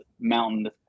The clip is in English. mountain